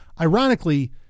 ironically